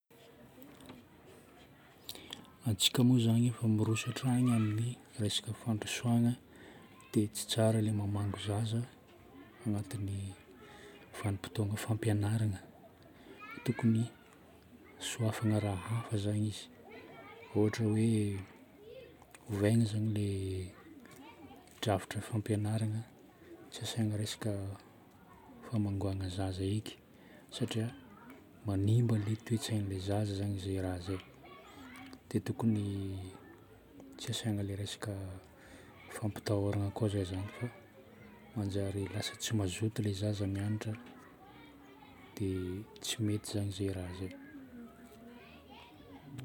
Antsika moa zagny efa miroso hatrany amin'ny resaka fandrosoana dia tsy tsara ilay mamango zaza agnatin'ny vanim-potoagna fampianarana fa tokony sohafana raha hafa zagny izy. Öhatra hoe ovaina zagny ilay drafitra fampianarana, tsy asiana resaka famangoana zaza eky satria manimba ilay toe-tsain'ilay zaza zagny zay raha izay. Dia tokony tsy asiana ilay resaka fampitahoragna koa zagny satria manjary lasa tsy mazoto ilay zaza mianatra dia tsy mety zagny izay raha izay.